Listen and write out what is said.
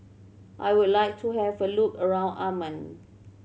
I would like to have a look around Amman